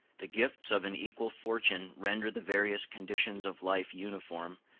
the gifts of an equal fortune render the various conditions of life uniform,